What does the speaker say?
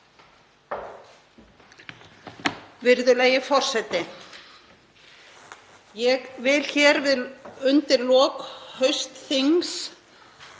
Virðulegi forseti. Ég vil hér undir lok haustþings